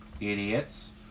idiots